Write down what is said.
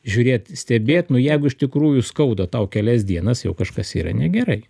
žiūrėt stebėt nu jeigu iš tikrųjų skauda tau kelias dienas jau kažkas yra negerai